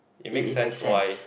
it make sense why